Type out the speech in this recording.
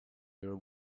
your